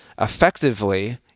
effectively